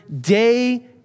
day